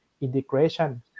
integration